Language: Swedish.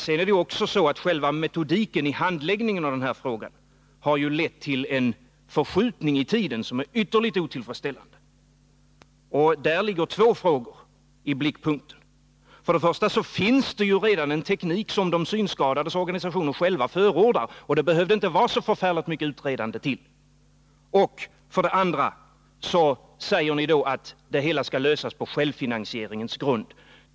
Sedan är det så att själva metodiken i handläggningen av den här frågan har lett till en förskjutning i tiden som är ytterligt otillfredsställande. Här står två frågor i blickpunkten. För det första finns det redan en teknik som de synskadades egna organisationer förordar. Det behöver inte vara så förfärligt mycket ytterligare utredande. För det andra säger ni att det hela skall lösas på självfinansieringens grund.